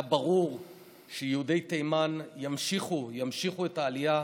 היה ברור שיהודי תימן ימשיכו את העלייה